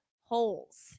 Holes